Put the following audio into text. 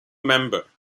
member